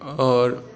आओर